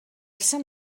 sant